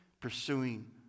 pursuing